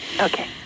Okay